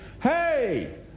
Hey